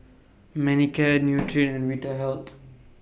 Manicare Nutren Vitahealth